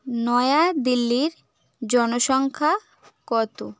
নয়া দিল্লির জনসংখ্যা কত